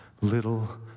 Little